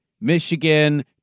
Michigan